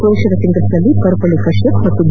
ಮರುಷರ ಸಿಂಗಲ್ಸ್ನಲ್ಲಿ ಪಾರುಪಳ್ಳಿ ಕಶ್ಚಪ್ ಹಾಗೂ ಬಿ